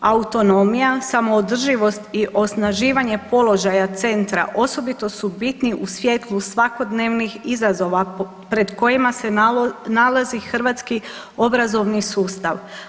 Autonomija, samoodrživost i osnaživanje položaja centra osobito su biti u svjetlu svakodnevnih izazova pred kojima se nalazi hrvatski obrazovni sustav.